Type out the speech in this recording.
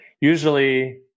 usually